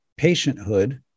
patienthood